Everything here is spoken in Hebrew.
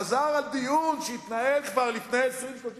חזר הדיון שהתנהל כבר לפני 20 30 שנה.